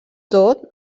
tot